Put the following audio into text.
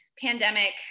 pandemic